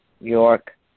York